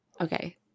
Okay